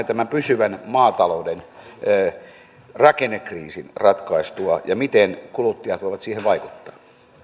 tämän pysyvän maatalouden rakennekriisin ratkaistua ja miten kuluttajat voivat siihen vaikuttaa